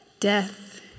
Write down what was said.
Death